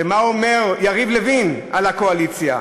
ומה אומר יריב לוין על הקואליציה?